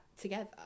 together